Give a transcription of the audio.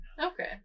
Okay